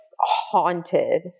Haunted